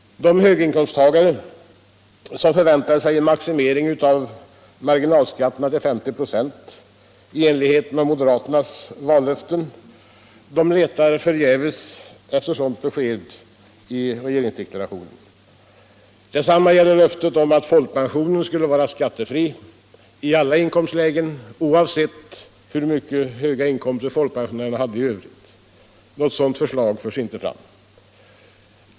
De höginkomsttagare som förväntade sig maximering av marginalskatterna till 50 ?5 i enlighet med moderaternas löften letar förgäves efter sådana besked i regeringsdeklarationen. Detsamma gäller löftena om att folkpensionen skall vara skattefri i alla inkomstlägen, oavsett hur höga inkomster pensionärerna har i övrigt. Något sådant förslag förs inte fram.